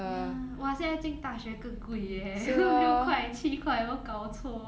ya !wah! 现在进大学更贵 eh 六块七块有没有搞错